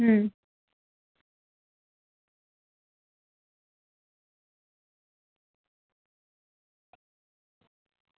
अ